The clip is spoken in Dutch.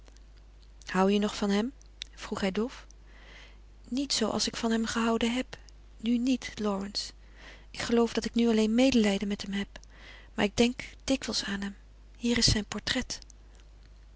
hoû je nog van hem vroeg hij dof niet zoo als ik van hem gehouden heb nu niet lawrence ik geloof dat ik nu alleen medelijden met hem heb maar ik denk dikwijls aan hem hier is zijn portret